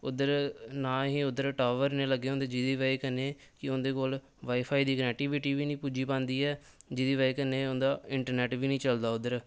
नां ही उद्धर टाबर इ'न्ने लगे दे होंदे कि जिह्दी बजह कन्नै कि उंदे कोल वाई फाई दी कनैक्टीविटी बी नीं पुज्जी पांदी ऐ जिह्दी बजह कन्नै इंटरनेट बी नीं चलदा उद्धर